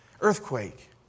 earthquake